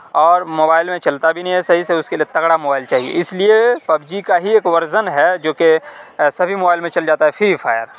اور موبائل میں چلتا بھی نہیں ہے صحیح سے اس کے لیے تگڑا موبائل چاہیے اس لیے پب جی کا ہی ایک ورزن ہے جوکہ سبھی موبائل میں چل جاتا ہے فری فائر